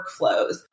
workflows